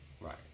Right